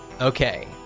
Okay